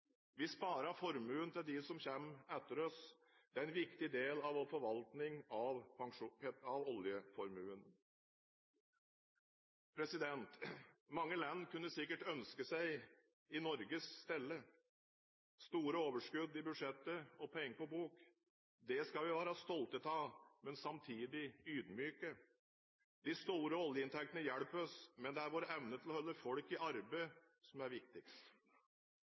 som kommer etter oss. Det er en viktig del av vår forvaltning av oljeformuen. Mange land kunne sikkert ønske seg i Norges sted – med store overskudd i budsjettet og penger på bok. Det skal vi være stolte av, men samtidig ydmyke. De store oljeinntektene hjelper oss, men det er vår evne til å holde folk i arbeid som er viktigst.